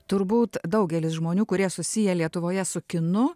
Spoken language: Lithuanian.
turbūt daugelis žmonių kurie susiję lietuvoje su kinu